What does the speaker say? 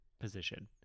position